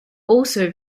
also